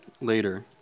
later